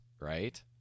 right